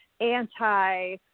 anti-